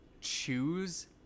choose